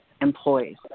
employees